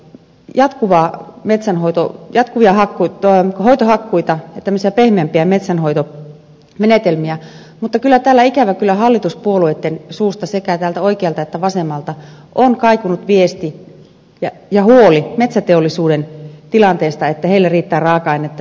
jatkuva metsänhoitoon ja kyllähän jatkuvia hoitohakkuita tämmöisiä pehmeämpiä metsänhoitomenetelmiä mutta kyllä täällä ikävä kyllä hallituspuolueitten suusta sekä täältä oikealta että vasemmalta on kaikunut viesti ja huoli metsäteollisuuden tilanteesta että sinne riittää raaka ainetta